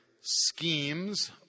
schemes